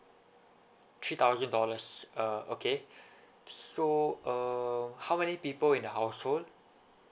three thousand dollars uh okay so um how many people in the household